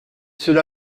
cela